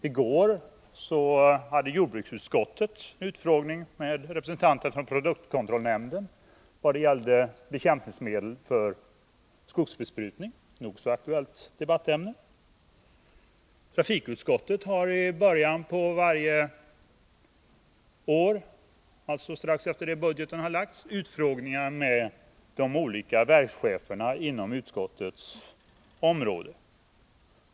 I går hade jordbruksutskottet en utfrågning med representanter från produktkontrollnämnden beträffande bekämpningsmedel för skogsbesprutning — ett nog så aktuellt debattämne. Trafikutskottet har i början av varje år, strax efter det att budgetpropositionen lagts, utfrågningar med de olika verkscheferna inom utskottets område.